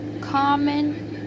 common